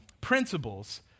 principles